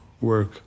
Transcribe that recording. work